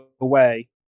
away